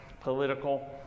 political